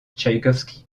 tchaïkovski